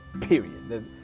period